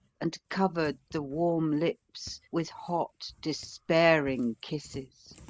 and covered the warm lips with hot, despairing kisses.